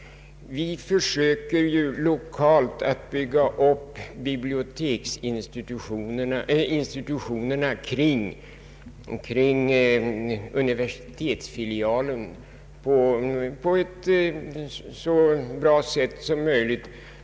Vi försöker ju lokalt bygga upp biblioteksinstitutionerna kring universitetsfilialen på ett så bra sätt som möjligt.